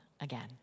again